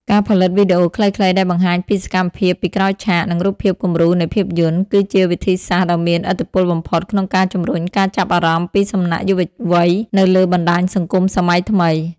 ការផលិតវីដេអូខ្លីៗដែលបង្ហាញពីសកម្មភាពពីក្រោយឆាក និងរូបភាពគំរូនៃភាពយន្ត គឺជាវិធីសាស្ត្រដ៏មានឥទ្ធិពលបំផុតក្នុងការជម្រុញការចាប់អារម្មណ៍ពីសំណាក់យុវវ័យនៅលើបណ្ដាញសង្គមសម័យថ្មី។